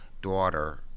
daughter